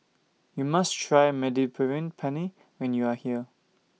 YOU must Try Mediterranean Penne when YOU Are here